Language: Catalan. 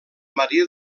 maria